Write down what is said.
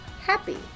happy